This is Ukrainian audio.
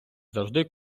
завжди